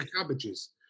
Cabbages